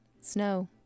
snow